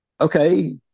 Okay